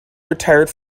retired